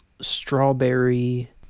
strawberry